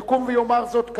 יקום ויאמר זאת כאן,